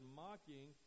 mocking